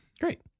Great